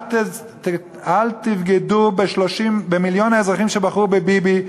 אל תבגדו במיליון האזרחים שבחרו בביבי,